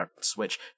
switch